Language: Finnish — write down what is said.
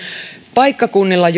paikkakunnilla